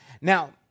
Now